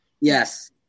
Yes